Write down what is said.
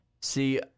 See